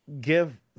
give